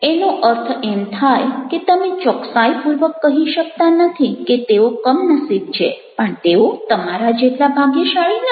એનો અર્થ એમ થાય કે તમે ચોકસાઈપૂર્વક કહી શકતા નથી કે તેઓ કમનસીબ છે પણ તેઓ તમારા જેટલા ભાગ્યશાળી નથી